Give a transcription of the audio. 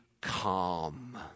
calm